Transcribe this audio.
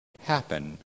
happen